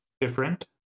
different